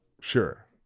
sure